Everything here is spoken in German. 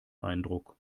eindruck